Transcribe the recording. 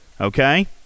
okay